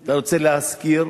אתה רוצה להשכיר?